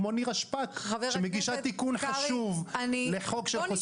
כמו נירה שפק שמגישה תיקון חשוב לחוק על חושפי שחיתויות.